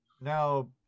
Now